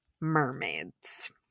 Mermaids